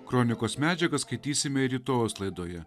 kronikos medžiagą skaitysime rytojaus laidoje